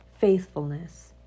faithfulness